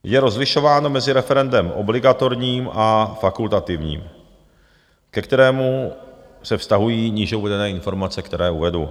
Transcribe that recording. Je rozlišováno mezi referendem obligatorním a fakultativním, ke kterému se vztahují níže uvedené informace, které uvedu.